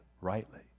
rightly